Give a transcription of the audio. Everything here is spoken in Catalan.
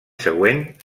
següent